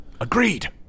Agreed